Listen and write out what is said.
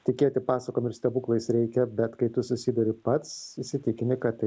tikėti pasakom ir stebuklais reikia bet kai tu susiduri pats įsitikini kad tai